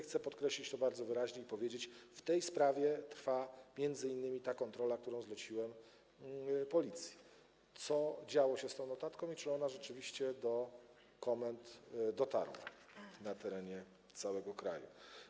Chcę podkreślić to bardzo wyraźnie i powiedzieć: w tej sprawie trwa m.in. ta kontrola, którą zleciłem Policji, co działo się z tą notatką i czy ona rzeczywiście dotarła do komend na terenie całego kraju.